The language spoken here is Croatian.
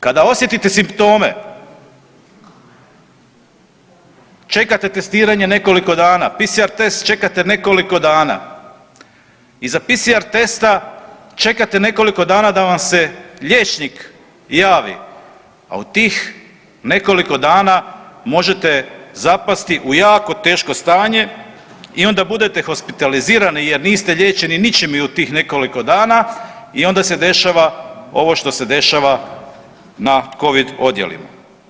Kada osjetite simptome, čekate testiranje nekoliko dana, PCR test čekate nekoliko dana, iza PCR testa čekate nekoliko dana da vam se liječnik javi, a u tih nekoliko dana možete zapasti u jako teško stanje i onda budete hospitalizirani jer niste liječeni ničim u tih nekoliko dana i onda se dešava ovo što se dešava na covid odjelima.